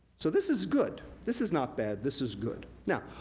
so, this is good, this is not bad, this is good. now,